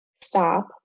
stop